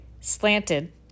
Slanted